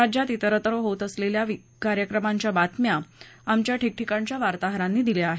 राज्यात त्विरत्र होत असलेल्या कार्यक्रमांच्या बातम्या आमच्या ठिकठिकाणच्या वार्ताहरांनी दिल्या आहेत